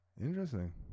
Interesting